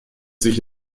sich